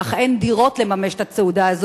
אך אין דירות לממש את התעודה הזאת,